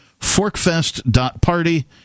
forkfest.party